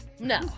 No